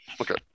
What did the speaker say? Okay